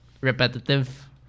repetitive